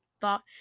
thought